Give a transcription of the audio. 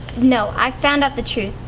no, i found out the truth.